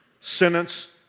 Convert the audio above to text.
sentence